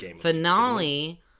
finale